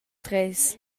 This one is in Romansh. treis